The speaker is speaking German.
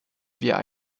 wir